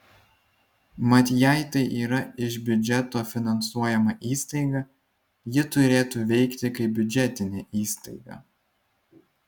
mat jei tai yra iš biudžeto finansuojama įstaiga ji turėtų veikti kaip biudžetinė įstaiga